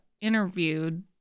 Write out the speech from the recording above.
interviewed